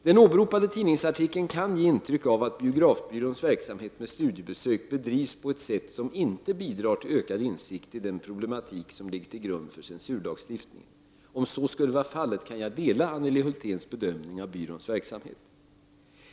Den åberopade tidningsartikeln kan ge intryck av att biografbyråns verksamhet med studiebesök bedrivs på ett sätt som inte bidrar till ökad insikt i den problematik som ligger till grund för censurlagstiftningen. Om så skulle vara fallet kan jag dela Anneli Hulthéns bedömning av byråns verksamhet.